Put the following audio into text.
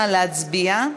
נא להצביע.